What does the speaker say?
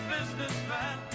Businessman